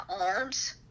arms